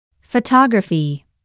photography